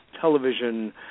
Television